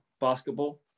basketball